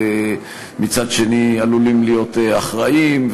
ומצד שני עלולים להיות אחראים,